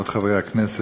כבוד חברי הכנסת,